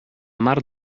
mar